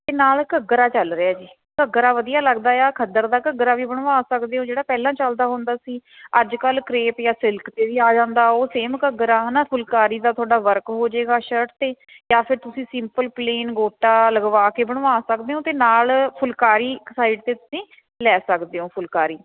ਅਤੇ ਨਾਲ਼ ਘੱਗਰਾ ਚੱਲ ਰਿਹਾ ਜੀ ਘੱਗਰਾ ਵਧੀਆ ਲੱਗਦਾ ਹੈ ਆ ਖੱਦਰ ਦਾ ਘੱਗਰਾ ਵੀ ਬਣਵਾ ਸਕਦੇ ਓ ਜਿਹੜਾ ਪਹਿਲਾਂ ਚੱਲਦਾ ਹੁੰਦਾ ਸੀ ਅੱਜ ਕੱਲ੍ਹ ਕਰੇਵ ਜਾਂ ਸਿਲਕ 'ਚ ਵੀ ਆ ਜਾਂਦਾ ਉਹ ਸੇਮ ਘੱਗਰਾ ਹਨਾਂ ਫੁੱਲਕਾਰੀ ਦਾ ਤੁਹਾਡਾ ਵਰਕ ਹੋਜੇਗਾ ਸ਼ਰਟ 'ਤੇ ਜਾਂ ਫਿਰ ਤੁਸੀਂ ਸਿੰਪਲ ਪਲੇਨ ਗੋਟਾ ਲਗਵਾਕੇ ਬਣਵਾ ਸਕਦੇ ਓ ਅਤੇ ਨਾਲ਼ ਫੁੱਲਕਾਰੀ ਇੱਕ ਸਾਈਡ 'ਤੇ ਤੁਸੀਂ ਲੈ ਸਕਦੇ ਓ ਫੁੱਲਕਾਰੀ